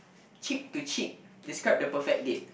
cheek to cheek describe the perfect date